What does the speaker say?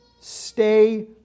stay